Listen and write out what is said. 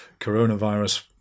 coronavirus